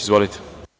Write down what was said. Izvolite.